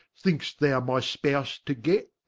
think'st thou my spouse to get?